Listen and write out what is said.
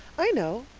i know,